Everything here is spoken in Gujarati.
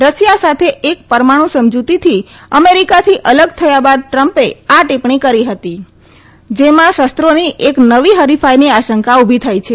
રશિયા સાથે એક પરમાણુ સમજતીથી અમેરીકાથી અલગ થયા બાદ ટ્રમ્પે આ ટીપ્પણી કરી હતી જેમાં શમ્ોની એક નવી હરીફાઈની આશંકા ઉભી થઈ છે